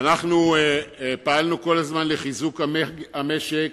אנחנו פעלנו כל הזמן לחיזוק המשק,